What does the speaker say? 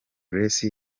grace